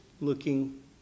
looking